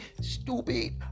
stupid